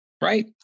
right